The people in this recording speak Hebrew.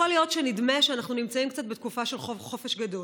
יכול להיות שנדמה שאנחנו נמצאים קצת בתקופה של חופש גדול,